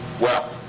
well.